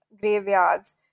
graveyards